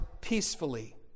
peacefully